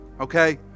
okay